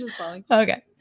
Okay